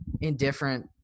indifferent